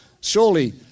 surely